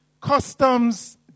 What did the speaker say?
customs